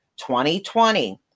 2020